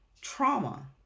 trauma